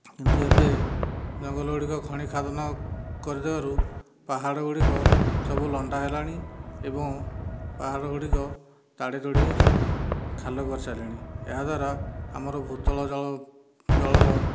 କିନ୍ତୁ ଏବେ ଜଙ୍ଗଳ ଗୁଡ଼ିକ ଖଣି ଖାଦନ କରିଦେବାରୁ ପାହାଡ଼ ଗୁଡ଼ିକ ସବୁ ଲଣ୍ଡା ହେଲାଣି ଏବଂ ପାହାଡ଼ ଗୁଡ଼ିକ ତାଡ଼ି ତୁଡ଼ି ଖାଲ କରିସାରିଲେଣି ଏହା ଦ୍ୱାରା ଆମର ଭୂତଳ ଜଳ ଜଳର